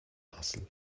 hassel